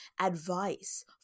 advice